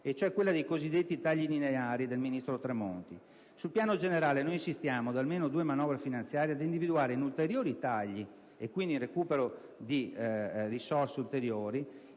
cioè quella dei cosiddetti tagli lineari del ministro Tremonti. Sul piano generale noi insistiamo da almeno due manovre finanziarie ad individuare in ulteriori tagli - con un recupero quindi di risorse ulteriori